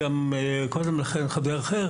וגם של חבר אחר